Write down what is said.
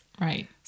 Right